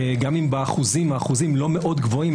גם אם באחוזים האחוזים לא מאוד גבוהים,